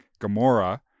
Gamora